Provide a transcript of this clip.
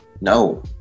no